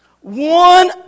one